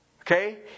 Okay